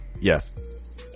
Yes